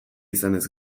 izanez